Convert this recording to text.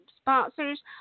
sponsors